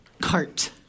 Cart